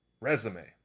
resume